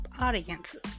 audiences